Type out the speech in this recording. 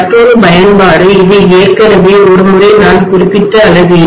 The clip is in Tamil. மற்றொரு பயன்பாடு இது ஏற்கனவே ஒரு முறை நான் குறிப்பிட்ட அளவீடு